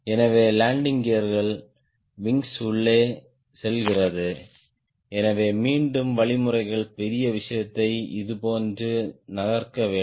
எனவே லேண்டிங் கியர்கள் விங்ஸ் உள்ளே செல்கிறது எனவே மீண்டும் வழிமுறைகள் பெரிய விஷயத்தை இதுபோன்று நகர்த்த வேண்டும்